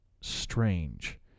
Strange